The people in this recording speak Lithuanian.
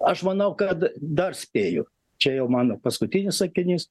aš manau kad dar spėju čia jau mano paskutinis sakinys